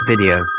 video